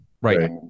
right